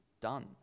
done